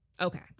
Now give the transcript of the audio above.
Okay